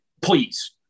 please